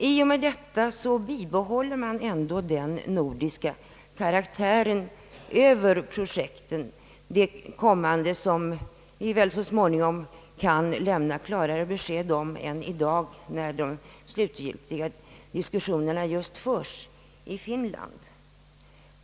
I och med detta bibehåller man den nordiska karaktären över projekten, också de kommande som vi väl så småningom kan lämna klarare besked om efter de slutgiltiga diskussioner som just nu förs i Finland.